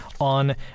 on